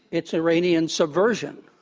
it's iranian subversion.